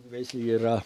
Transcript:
veislė yra